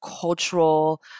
cultural